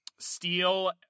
Steel